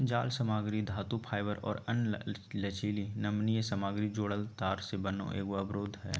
जालसामग्री धातुफाइबर और अन्य लचीली नमनीय सामग्री जोड़ल तार से बना एगो अवरोध हइ